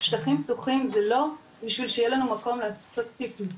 שטחים פתוחים זה לא בשביל שיהיה לנו מקום לעשות פיקניק,